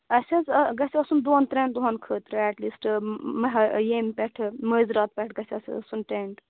اَسہِ حظ گژھِ آسُن دۄن ترٛٮ۪ن دۄہَن خٲطرٕ ایٹ لیٖسٹ ییٚمہِ پٮ۪ٹھٕ مٲنۍ رات پٮ۪ٹھ گژھِ اسہِ آسُن ٹٮ۪نٛٹ